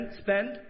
spend